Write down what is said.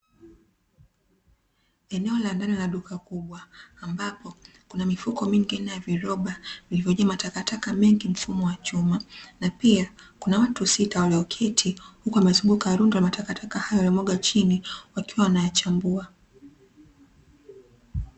Eneo la ndani la duka kubwa ambapo kuna mifuko mingi aina ya viroba vilivyojaa matakataka mengi mfumo wa chuma. na pia kuna watu sita walioketi huku wamezunguka rundo la matakataka hayo yaliyomwagwa chini wakiwa wanayachambua.